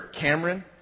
Cameron